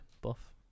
buff